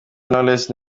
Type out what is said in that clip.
knowless